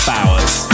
Bowers